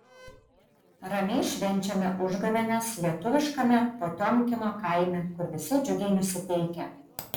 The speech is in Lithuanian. ramiai švenčiame užgavėnes lietuviškame potiomkino kaime kur visi džiugiai nusiteikę